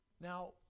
Now